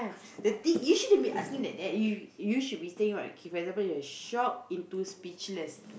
the thing you shouldn't be asking like that you you should be saying like kay for example you're shocked into speechless